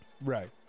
Right